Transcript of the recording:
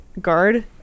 guard